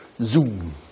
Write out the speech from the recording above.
Zoom